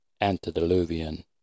antediluvian